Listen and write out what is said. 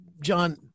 John